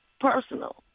personal